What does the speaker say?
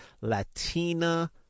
Latina